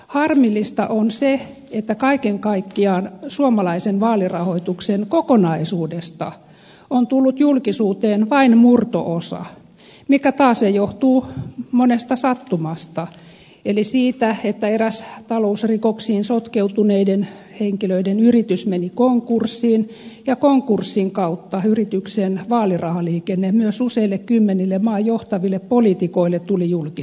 harmillista on se että kaiken kaikkiaan suomalaisen vaalirahoituksen kokonaisuudesta on tullut julkisuuteen vain murto osa mikä taasen johtuu monesta sattumasta eli siitä että eräs talousrikoksiin sotkeutuneiden henkilöiden yritys meni konkurssiin ja konkurssin kautta myös yrityksen vaalirahaliikenne useille kymmenille maan johtaville poliitikoille tuli julkisuuteen